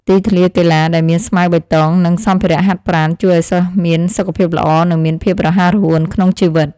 ទីធ្លាកីឡាដែលមានស្មៅបៃតងនិងសម្ភារៈហាត់ប្រាណ ជួយឱ្យសិស្សមានសុខភាពល្អនិងមានភាពរហ័សរហួនក្នុងជីវិត។